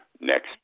next